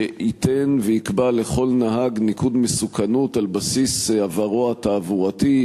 שייתן ויקבע לכל נהג ניקוד מסוכנות על בסיס עברו התעבורתי,